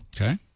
Okay